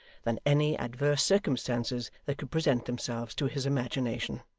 than any adverse circumstances that could present themselves to his imagination.